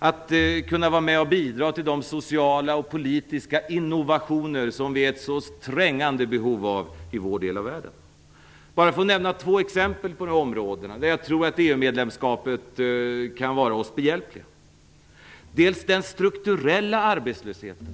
Vi kan vara med och bidra till de sociala och politiska innovationer som vi är i så trängande behov av i vår del av världen. Låt mig bara nämna två exempel där jag tror att EU-medlemskapet kan vara oss behjälpligt. Det gäller dels den strukturella arbetslösheten.